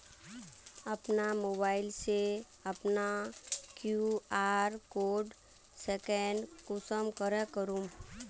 अपना मोबाईल से अपना कियु.आर कोड स्कैन कुंसम करे करूम?